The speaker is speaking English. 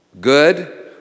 good